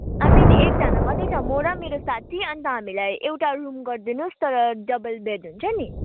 आइ mean एकजना मात्रै छ म र मेरो साथी अन्त हामीलाई एउटा रुम गर्दिनुहोस् तर डबल बेड हुन्छ नि